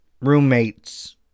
roommates